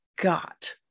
got